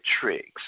tricks